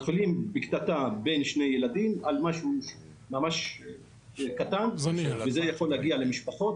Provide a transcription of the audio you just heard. מתחילים בקטטה בין שני ילדים על משהו ממש קטן וזה יכול להגיע למשפחות,